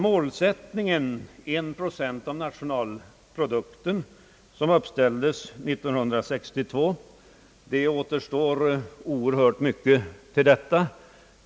Målsättningen 1 procent av nationalprodukten, som uppställdes 1962, är vi ännu långt ifrån.